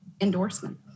endorsement